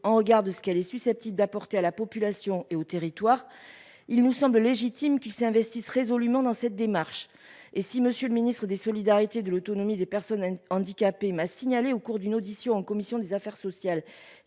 en regard de ce qu'elle est susceptible d'apporter à la population et aux territoires. Il nous semble légitime qui s'investissent résolument dans cette démarche et si Monsieur le Ministre des Solidarités de l'autonomie des personnes handicapées m'a signalé au cours d'une audition en commission des affaires sociales